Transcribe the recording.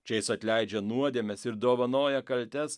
čia jis atleidžia nuodėmes ir dovanoja kaltes